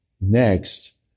next